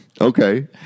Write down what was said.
Okay